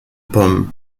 pommes